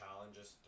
challenges